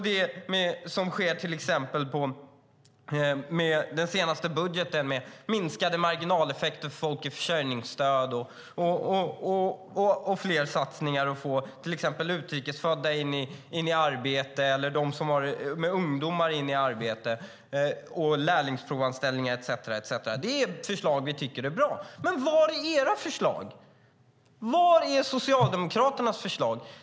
Det gäller till exempel det som har skett i och med den senaste budgeten med minskade marginaleffekter för folk i försörjningsstöd. Det handlar om fler satsningar, exempelvis för att få utrikesfödda eller ungdomar in i arbete. Det handlar om lärlingsprovanställningar etcetera. Det är förslag som vi tycker är bra. Men var är era förslag? Var är Socialdemokraternas förslag?